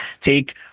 take